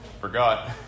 forgot